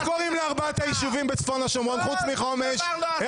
קוראים לארבעת היישובים בצפון השומרון חוץ מחומש?